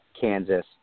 Kansas